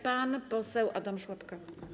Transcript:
Pan poseł Adam Szłapka.